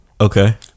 Okay